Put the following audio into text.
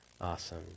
awesome